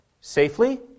safely